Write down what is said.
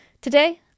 Today